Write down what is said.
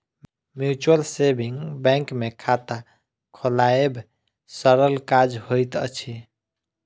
mutual saving bank मे खाता खोलायब सरल काज होइत अछि